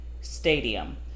Stadium